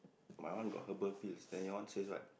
my one got herbal pills then your one says what